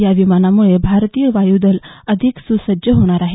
या विमानामुळे भारतीय वायुदल अधिक सुसज्ज होणार आहे